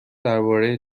درباره